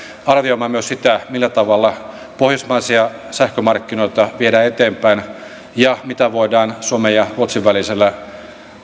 arvioimaan myös sitä millä tavalla pohjoismaisia sähkömarkkinoita viedään eteenpäin ja mitä voidaan suomen ja ruotsin välisellä